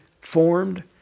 formed